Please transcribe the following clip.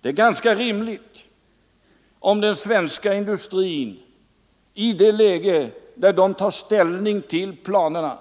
Det är ganska rimligt om den svenska industrin i det läge där den tar ställning till planerna — Ang.